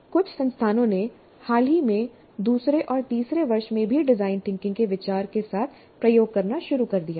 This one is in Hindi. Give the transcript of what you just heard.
कुछ संस्थानों ने हाल ही में दूसरे और तीसरे वर्ष में भी डिजाइन थिंकिंग के विचार के साथ प्रयोग करना शुरू कर दिया है